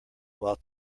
while